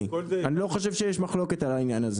אני לא חושב שיש מחלוקת על העניין הזה.